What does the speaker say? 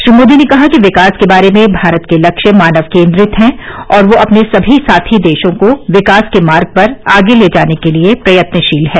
श्री मोदी ने कहा कि विकास के बारे में भारत के लक्ष्य मानव केन्द्रित हैं और वह अपने सभी साथी देशों को विकास के मार्ग पर आगे ले जाने के लिए प्रयत्नशील है